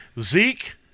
zeke